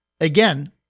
again